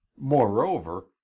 Moreover